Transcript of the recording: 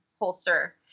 holster